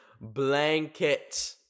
Blanket